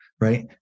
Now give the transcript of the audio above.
right